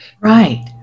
Right